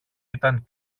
ήταν